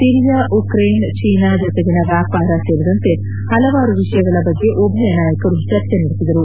Syria Ukraine China ಜತೆಗಿನ ವ್ಲಾಪಾರ ಸೇರಿದಂತೆ ಹಲವಾರು ವಿಷಯಗಳ ಬಗ್ಗೆ ಉಭಯ ನಾಯಕರು ಚರ್ಚೆ ನಡೆಸಿದರು